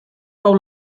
pou